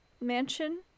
mansion